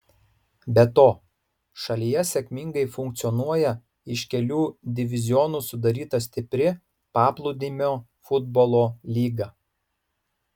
be to šalyje sėkmingai funkcionuoja iš kelių divizionų sudaryta stipri paplūdimio futbolo lyga